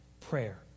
Prayer